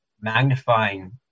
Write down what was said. magnifying